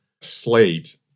slate